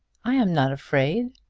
i am not afraid.